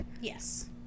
yes